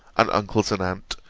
and uncles, and aunt,